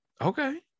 okay